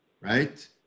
right